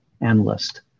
analyst